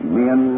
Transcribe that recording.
men